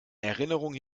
erinnerung